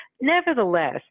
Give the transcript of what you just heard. Nevertheless